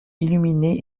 illuminé